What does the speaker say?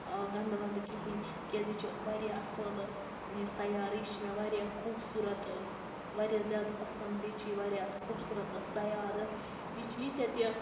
گَندٕ وَندٕ کِہِیٖنۍ کیازِ یہِ چھِ واریاہ اصٕل یہِ سَیارٕ یہِ چھ مےٚ واریاہ خوٗبصورَت واریاہ زیادٕ پَسَنٛد بیٚیہِ چھ یہِ واریاہ خوٗبصورت سَیارٕ یہِ چھ ییٖتیاہ تہِ